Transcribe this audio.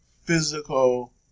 physical